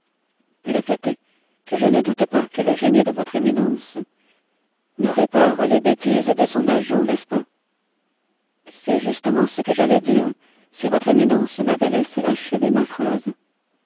le fait est que je ne doute pas que le génie de votre éminence ne répare les bêtises de mon agent n'est-ce pas c'est justement ce que j'allais dire si votre éminence m'avait laissé achever ma phrase